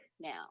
now